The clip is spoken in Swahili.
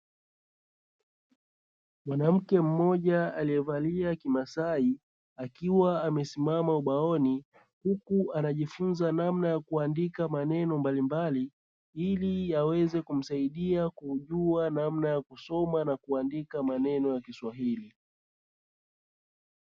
Mwanamke mmoja aliyevalia kimaasai, akiwa amesimama ubaoni huku anajifunza namna ya kuandika maneno mbalimbali, ili yaweze kumsaidia kujua namna ya kusoma na kuandika maneno ya kiswahili.